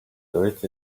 earth